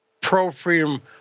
pro-freedom